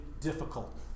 difficult